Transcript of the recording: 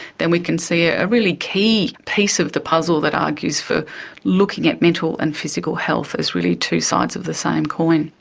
then we can see a really key piece of the puzzle that argues for looking at mental and physical health as really two sides of the same coin.